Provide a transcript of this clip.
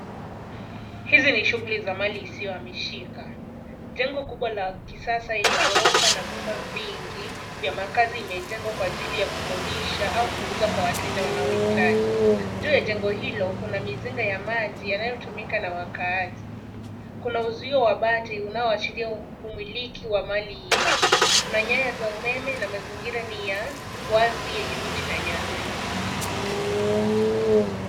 Hizi ni shughuli za mali isiyohamishika. Jengo kubwa la kisasa yenye gorofa na vyumba vingi vya makazi imejengwa kwa ajili ya kukodisha au kuuza kwa wateja wanaohitaji. Juu ya jengo hilo, kuna mizinga ya maji yanayotumika na wakaaji. Kuna uzio wa bati unaoashiria umiliki wa mali hiyo. Kuna nyaya za umeme na mazingira ni ya wazi yenye miti na nyasi.